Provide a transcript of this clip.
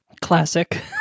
Classic